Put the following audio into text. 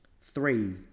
three